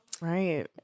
Right